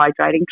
hydrating